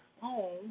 home